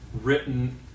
written